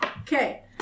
Okay